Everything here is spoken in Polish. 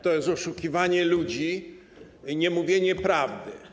To jest oszukiwanie ludzi i niemówienie prawdy.